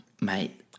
Mate